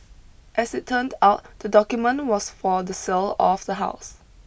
as it turned out the document was for the sale of the house